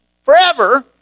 forever